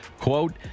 Quote